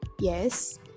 Yes